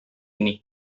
ini